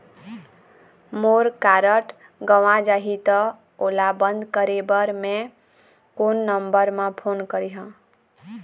मोर card गंवा जाही त ओला बंद करें बर मैं कोन नंबर म फोन करिह?